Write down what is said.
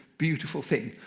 beautiful thing.